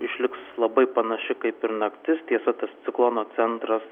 išliks labai panaši kaip ir naktis tiesa tas ciklono centras